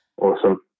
Awesome